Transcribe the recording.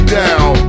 down